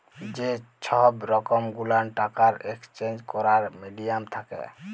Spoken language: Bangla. যে সহব রকম গুলান টাকার একেসচেঞ্জ ক্যরার মিডিয়াম থ্যাকে